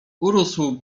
urósł